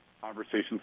conversations